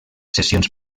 sessions